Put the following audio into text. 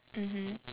mmhmm